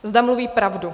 Zda mluví pravdu.